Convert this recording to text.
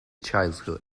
childhood